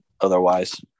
otherwise